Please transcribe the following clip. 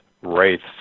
Wraiths